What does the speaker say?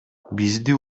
бизди